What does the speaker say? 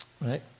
Right